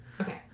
Okay